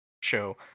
show